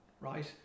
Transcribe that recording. right